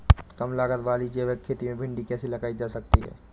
कम लागत वाली जैविक खेती में भिंडी कैसे लगाई जा सकती है?